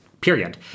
period